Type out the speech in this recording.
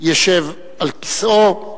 ישב על כיסאו.